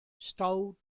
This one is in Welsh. stow